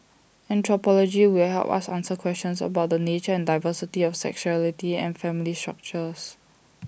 anthropology will help us answer questions about the nature and diversity of sexuality and family structures